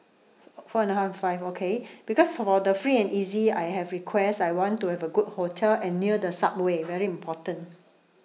four four and a half and five okay because for the free and easy I have request I want to have a good hotel and near the subway very important